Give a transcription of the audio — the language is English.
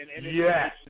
Yes